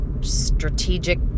strategic